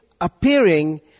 appearing